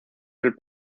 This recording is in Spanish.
del